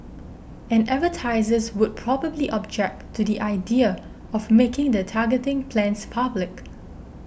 and advertisers would probably object to the idea of making their targeting plans public